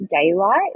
daylight